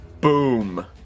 boom